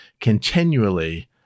continually